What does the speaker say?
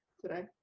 today